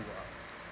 a